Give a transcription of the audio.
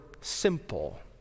simple